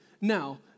Now